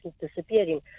disappearing